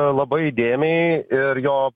labai įdėmiai ir jo